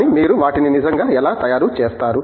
కానీ మీరు వాటిని నిజంగా ఎలా తయారు చేస్తారు